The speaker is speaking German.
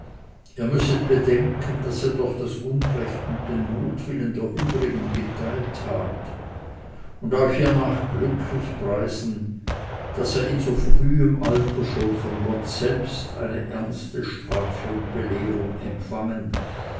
ihr müsset bedenken daß ihr doch das unrecht und den mutwillen der übrigen geteilt habt und euch hienach glücklich preisen daß ihr in so frühem alter schon von gott selbst eine ernste strafe und belehrung empfangen